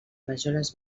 rajoles